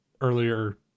earlier